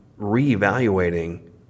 reevaluating